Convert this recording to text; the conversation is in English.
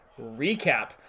recap